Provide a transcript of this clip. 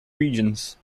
regions